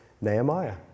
Nehemiah